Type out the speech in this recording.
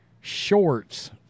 shorts